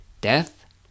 death